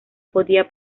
podía